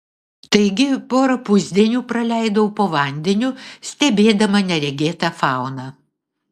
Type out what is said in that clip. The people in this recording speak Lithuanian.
taigi porą pusdienių praleidau po vandeniu stebėdama neregėtą fauną